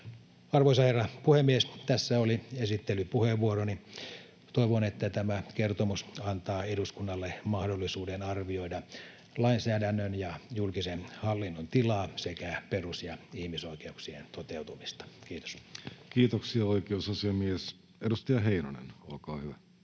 Arvoisa herra puhemies! Tässä oli esittelypuheenvuoroni. Toivon, että tämä kertomus antaa eduskunnalle mahdollisuuden arvioida lainsäädännön ja julkisen hallinnon tilaa sekä perus- ja ihmisoikeuksien toteutumista. — Kiitos. [Speech 4] Speaker: Jussi Halla-aho